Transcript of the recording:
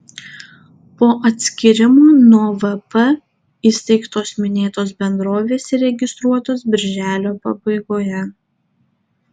po atskyrimo nuo vp įsteigtos minėtos bendrovės įregistruotos birželio pabaigoje